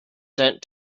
sent